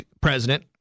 president